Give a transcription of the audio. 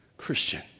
Christian